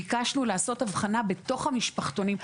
ביקשנו לעשות הבחנה בתוך המשפחתונים.